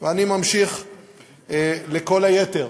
ואני ממשיך לכל היתר.